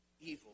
evil